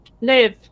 live